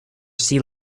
sea